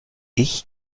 ich